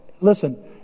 Listen